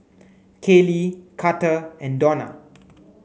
Kaley Carter and Dona